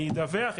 אני אדווח.